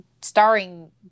starring